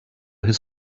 his